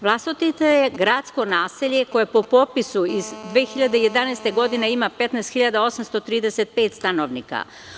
Vlasotince je gradsko naselje koje po popisu iz 2011. godine ima 15.835 stanovnika.